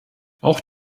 auch